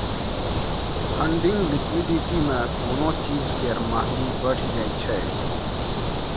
funding liquidity मे कोनो चीज केर महंगी बढ़ि जाइ छै